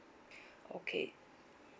okay